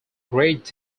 great